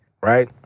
right